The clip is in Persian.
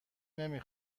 نمی